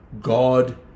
God